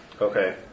Okay